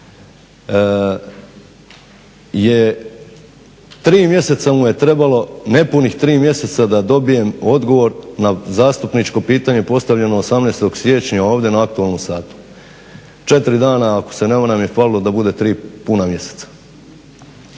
mjeseca mu je trebalo nepunih tri mjeseca da dobijem odgovor na zastupničko pitanje postavljeno 18. siječnja ovdje na aktualnom satu. 4 dana ako se ne varam nam je falilo da bude puna tri mjeseca.